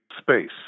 space